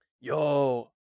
Yo